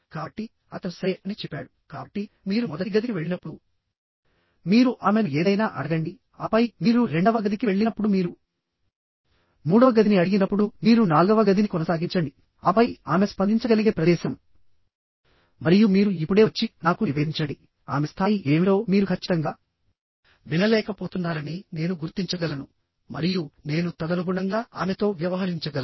కాబట్టి అతను సరే అని చెప్పాడు కాబట్టి మీరు మొదటి గదికి వెళ్ళినప్పుడు మీరు ఆమెను ఏదైనా అడగండిఆపై మీరు రెండవ గదికి వెళ్ళినప్పుడు మీరు మూడవ గదిని అడిగినప్పుడు మీరు నాల్గవ గదిని కొనసాగించండిఆపై ఆమె స్పందించగలిగే ప్రదేశం మరియు మీరు ఇప్పుడే వచ్చి నాకు నివేదించండిఆమె స్థాయి ఏమిటో మీరు ఖచ్చితంగా వినలేకపోతున్నారని నేను గుర్తించగలను మరియు నేను తదనుగుణంగా ఆమెతో వ్యవహరించగలను